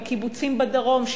בקיבוצים בדרום,